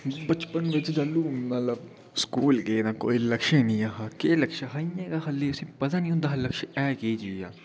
बचपन बिच जैलूं मलब स्कूल गै तां कोई लक्ष्य नेईं हा केह् हा इं'या गै खाली पता निं होंदा लक्ष्य ऐ केह् चीज़ ऐ